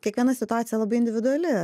kiekviena situacija labai individuali